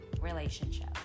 relationship